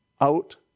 Out